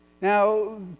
Now